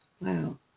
Wow